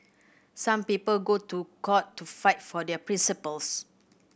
some people go to court to fight for their principles